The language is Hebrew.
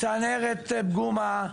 צנרת פגומה,